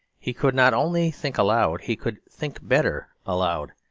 he could not only think aloud he could think better aloud.